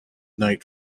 night